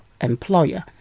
employer